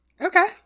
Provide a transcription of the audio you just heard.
Okay